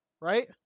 right